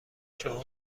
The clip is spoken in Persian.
شما